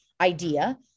idea